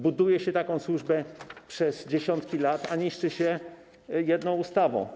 Buduje się taką służbę przez dziesiątki lat, a niszczy się jedną ustawą.